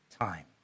time